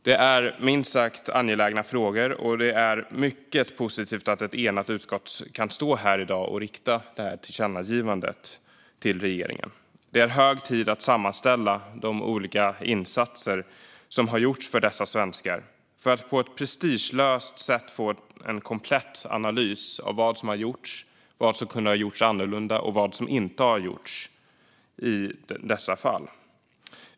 Det är minst sagt angelägna frågor, och det är mycket positivt att ett enat utskott kan stå här i dag och rikta detta tillkännagivande till regeringen. Det är hög tid att sammanställa de olika insatser som har gjorts för dessa svenskar för att på ett prestigelöst sätt få en komplett analys av vad som har gjorts, vad som kunde ha gjorts annorlunda och vad som inte har gjorts i dessa fall.